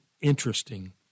interesting